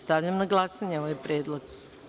Stavljam na glasanje ovaj predlog.